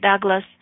Douglas